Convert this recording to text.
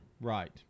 Right